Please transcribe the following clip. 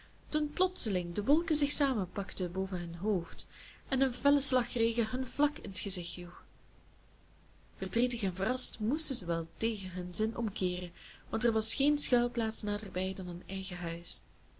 toen plotseling de wolken zich samenpakten boven hun hoofd en een felle slagregen hun vlak in t gezicht joeg verdrietig en verrast moesten ze wel tegen hun zin omkeeren want er was geen schuilplaats naderbij dan hun eigen huis